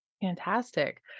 Fantastic